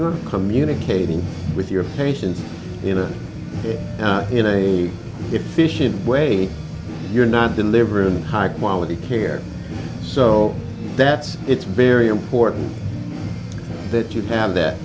you're communicating with your patients you know in a efficient way you're not delivering high quality care so that it's very important that you have that